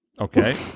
Okay